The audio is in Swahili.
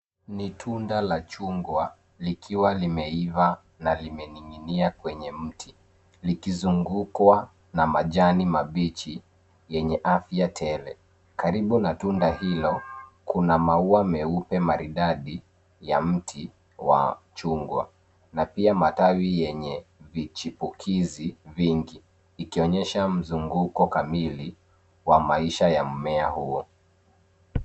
Ni tunda la chungwa likiwa limeiva na limening'inia kwenye mti, likizungukwa na majani mabichi yenye afya tele. Karibu na tunda hilo, kuna maua meupe maridadi ya mti wa chungwa. Na pia matawi yenye vichipukizi vingi, ikionyesha mzunguko kamili wa maisha ya mmea huo.